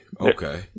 okay